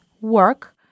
work